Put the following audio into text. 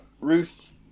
Ruth